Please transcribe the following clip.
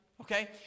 okay